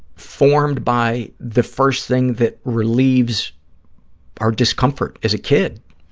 formed by the first thing that relieves our discomfort as a kid,